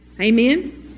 Amen